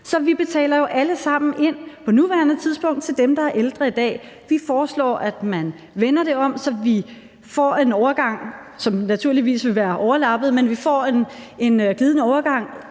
Så vi betaler jo alle sammen på nuværende tidspunkt ind til dem, der er ældre i dag. Vi foreslår, at man vender det om, så vi får en overgang, som naturligvis vil være overlappet, altså en glidende overgang,